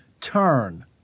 Turn